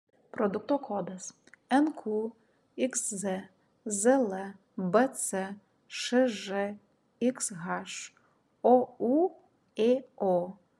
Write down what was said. produkto kodas nqxz zlbc šžxh oūėo